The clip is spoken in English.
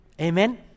Amen